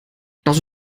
das